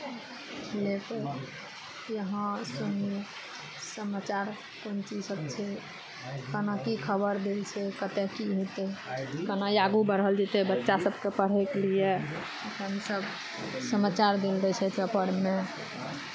लेके यहाँ सुनियै समाचार कोन चीज सभ छै केना की खबर देल छै कतय की हेतै केना आगू बढ़ल जेतै बच्चा सभके पढ़यके लिए अपन सभ समाचार देल जाइ छै पेपरमे